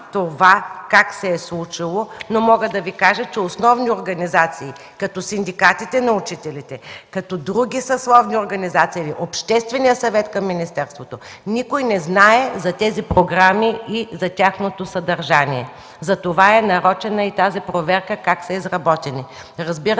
това как се е случило, но мога да Ви кажа, че основни организации като синдикатите на учителите, като други съсловни организации, Обществения съвет към министерството, никой не знае за тези програми и за тяхното съдържание. Затова е нарочена и тази проверка как са изработени. Разбира